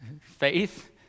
Faith